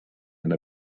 and